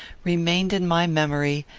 remained in my memory,